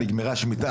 נגמרה השמיטה,